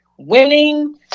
Winning